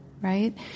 right